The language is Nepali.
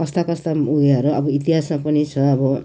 कस्ता कस्ता उयोहरू अब इतिहासमा पनि छ अब